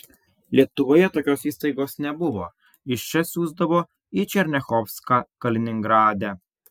lietuvoje tokios įstaigos nebuvo iš čia siųsdavo į černiachovską kaliningrade